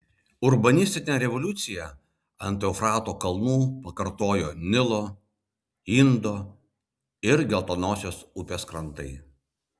urbanistinę revoliuciją ant eufrato krantų pakartojo nilo indo ir geltonosios upės krantai